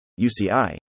UCI